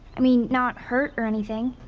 i mean, not hurt or anything.